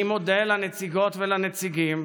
אני מודה לנציגות ולנציגים